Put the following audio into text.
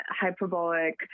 hyperbolic